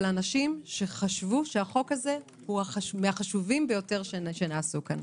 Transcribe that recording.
אנשים שחשבו שהחוק הזה הוא מהחשובים ביותר שנעשו פה.